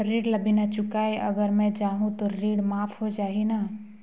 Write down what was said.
ऋण ला बिना चुकाय अगर मै जाहूं तो ऋण माफ हो जाही न?